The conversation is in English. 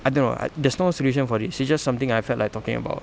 I don't know ah there's no solution for this it's just something I felt like talking about